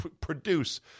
produce